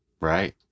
right